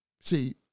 See